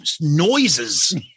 noises